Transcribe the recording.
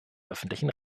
öffentlichen